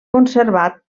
conservat